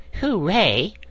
Hooray